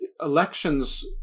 elections